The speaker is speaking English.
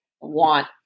want